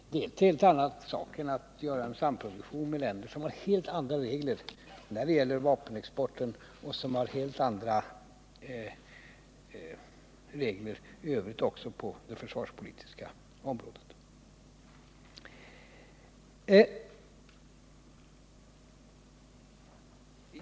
Det är en helt annan sak än att göra en samproduktion med länder som har helt andra regler både när det gäller vapenexporten och i övrigt på det försvarspolitiska området.